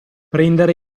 prendere